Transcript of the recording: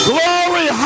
Glory